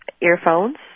earphones